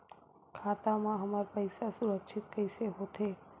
खाता मा हमर पईसा सुरक्षित कइसे हो थे?